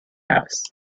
house